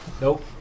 Nope